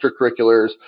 extracurriculars